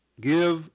give